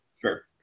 Sure